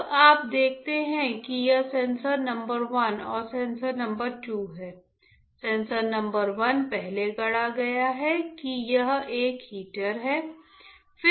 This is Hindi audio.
अब आप देखते हैं कि यह सेंसर नंबर एक और सेंसर नंबर दो सेंसर नंबर एक पहले गढ़ा गया है कि यह एक हीटर है